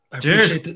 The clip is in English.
Cheers